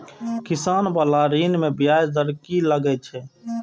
किसान बाला ऋण में ब्याज दर कि लागै छै?